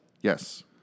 Yes